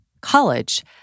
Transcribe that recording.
college